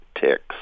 ticks